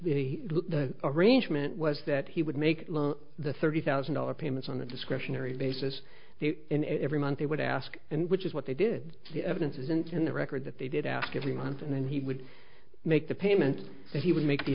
because the arrangement was that he would make the thirty thousand dollars payment on a discretionary basis and every month they would ask and which is what they did the evidence isn't in the record that they did ask every month and then he would make the payment that he would make the